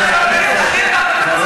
כי כשאנחנו מאשרים, כמה עולה?